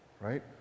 Right